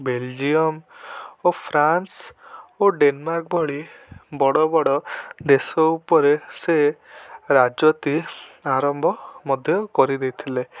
Belgium ଓ France ଓ Denmark ବଡ଼ବଡ଼ ଦେଶ ଉପରେ ସେ ରାଜୁତି ଆରମ୍ଭ ମଧ୍ୟ କରିଦେଇଥିଲେ